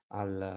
al